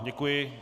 Děkuji.